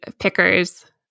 pickers